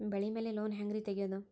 ಬೆಳಿ ಮ್ಯಾಲೆ ಲೋನ್ ಹ್ಯಾಂಗ್ ರಿ ತೆಗಿಯೋದ?